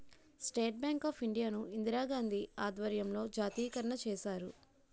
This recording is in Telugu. స్టేట్ బ్యాంక్ ఆఫ్ ఇండియా ను ఇందిరాగాంధీ ఆధ్వర్యంలో జాతీయకరణ చేశారు